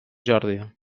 jordi